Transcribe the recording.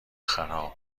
خراب